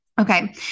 Okay